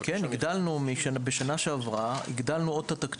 הגדלנו את התקציב.